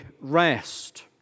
rest